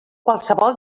qualsevol